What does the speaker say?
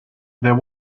there